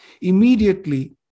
immediately